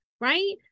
right